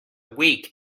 week